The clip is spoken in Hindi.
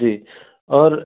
जी और